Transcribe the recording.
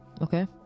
Okay